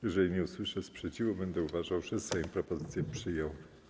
Jeżeli nie usłyszę sprzeciwu, będę uważał, że Sejm propozycję przyjął.